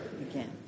again